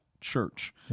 Church